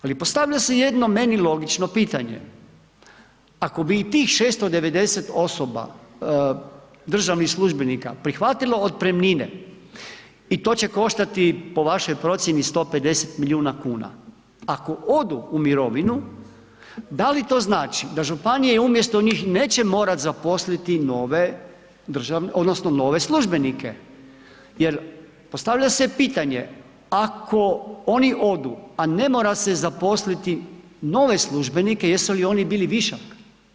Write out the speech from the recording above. Ali postavlja se jedno meni logično pitanje, ako bi i tih 690 osoba državnih službenika prihvatilo otpremnine i to će koštati, po vašoj procjeni 150 milijuna kuna, ako odu u mirovinu, da li to znači da županije umjesto njih neće morati zaposliti nove odnosno nove službenike jer postavlja se pitanje, ako oni odu, a ne mora se zaposliti nove službenike, jesu li oni bili višak?